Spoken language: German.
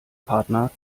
partner